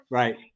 right